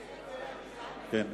כן.